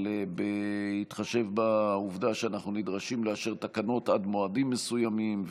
אבל בהתחשב בעובדה שאנחנו נדרשים לאשר תקנות עד מועדים מסוימים,